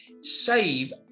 save